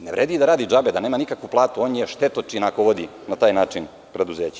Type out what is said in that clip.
Ne vredi da radi džabe, da nema nikakvu platu, on je štetočina ako vodi na taj način preduzeće.